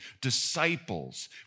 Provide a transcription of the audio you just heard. disciples